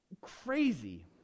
Crazy